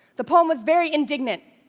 the poem was very indignant,